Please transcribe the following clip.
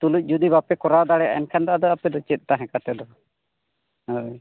ᱛᱩᱞᱩᱡ ᱡᱩᱫᱤ ᱵᱟᱯᱮ ᱠᱚᱨᱟᱣ ᱫᱟᱲᱮᱭᱟᱜᱼᱟ ᱮᱱᱠᱷᱟᱱ ᱫᱚ ᱪᱮᱫ ᱟᱯᱮ ᱦᱚᱸ ᱛᱟᱦᱮᱸ ᱠᱟᱛᱮᱫ ᱫᱚ ᱦᱳᱭ